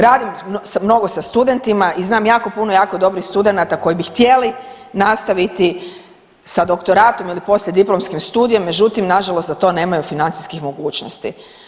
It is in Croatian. Radim mnogo sa studentima i znam jako puno jako dobrih studenata koji bi htjeli nastaviti sa doktoratom ili poslijediplomskim studijem, međutim, nažalost za to nemaju financijskih mogućnosti.